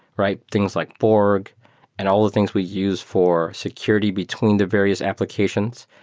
right? things like borg and all the things we use for security between the various applications.